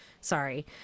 Sorry